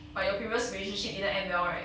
but your previous relationship didn't end well right